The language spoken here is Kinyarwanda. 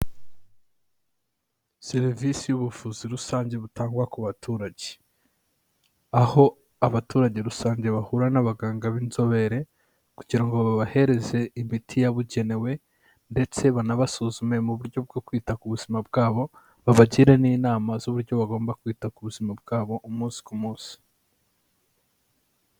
Serivisi y'ubuvuzi rusange butangwa ku baturage. Aho abaturage rusange bahura n'abaganga b'inzobere, kugira ngo babahereze imiti yabugenewe ndetse banabasuzume mu buryo bwo kwita ku buzima bwabo, babagire n'inama z'uburyo bagomba kwita ku buzima bwabo umunsi ku munsi.